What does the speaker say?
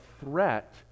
threat